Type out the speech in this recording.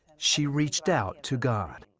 she reached out to god.